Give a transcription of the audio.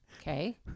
Okay